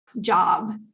job